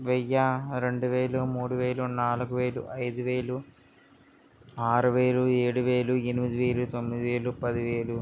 వెయ్యి రెండు వేలు మూడు వేలు నాలుగు వేలు ఐదు వేలు ఆరు వేలు ఏడు వేలు ఎనిమిది వేలు తొమ్మిది వేలు పది వేలు